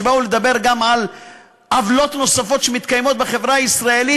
שבאו לדבר גם על עוולות נוספות שמתקיימות בחברה הישראלית,